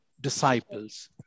disciples